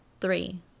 three